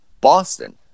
boston